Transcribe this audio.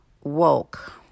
woke